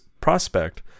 prospect